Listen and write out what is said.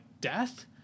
death